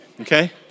Okay